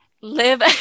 live